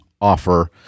offer